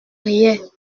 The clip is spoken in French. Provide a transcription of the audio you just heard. riait